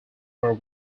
are